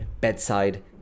bedside